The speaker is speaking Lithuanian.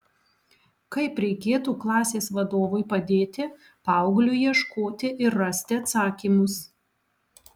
kaip reikėtų klasės vadovui padėti paaugliui ieškoti ir rasti atsakymus